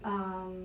um